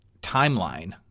timeline